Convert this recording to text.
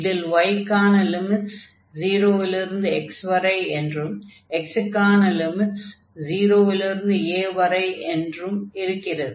இதில் y க்கான limits 0 இலிருந்து x வரை என்றும் x க்கான லிமிட்ஸ் 0 இலிருந்து a வரை என்றும் இருக்கிறது